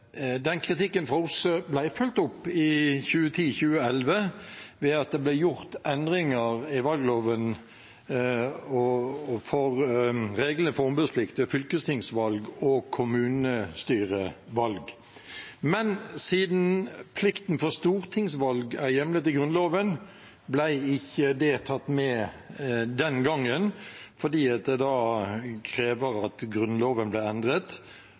Den kritikken fra OSSE/ODIHR ble fulgt opp i 2010/2011 ved at det ble gjort endringer i valgloven for reglene for ombudsplikt ved fylkestingsvalg og kommunestyrevalg. Men siden plikten ved stortingsvalg er hjemlet i Grunnloven, ble ikke det tatt med den gangen, fordi det krevde at Grunnloven ble endret.